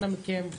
אנא מכם,